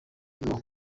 mwo